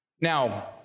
now